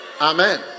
Amen